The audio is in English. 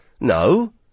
No